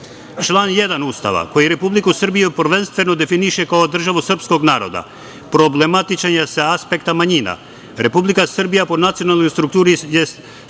njih. Član 1. Ustava koji Republiku Srbiju prvenstveno definiše kao državu srpskog naroda problematičan je sa aspekta manjina. Republika Srbija po nacionalnoj strukturi stanovništva